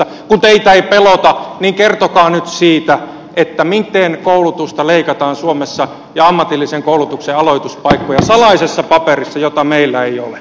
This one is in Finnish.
kun teitä ei pelota niin kertokaa nyt siitä miten koulutusta ja ammatillisen koulutuksen aloituspaikkoja leikataan suomessa salaisessa paperissa jota meillä ei ole